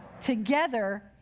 Together